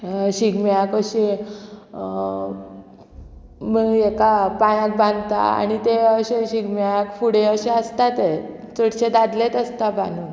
शिगम्याक अशें हेका पांयांक बांदता आनी ते अशे शिगम्याक फुडें अशे आसता ते चडशे दादलेच आसता बांदून